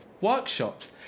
workshops